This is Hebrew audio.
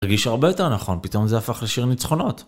מרגיש הרבה יותר נכון, פתאום זה הפך לשיר ניצחונות.